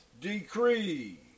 decree